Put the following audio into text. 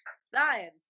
science